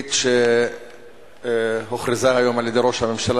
התוכנית שהוכרזה היום על-ידי ראש הממשלה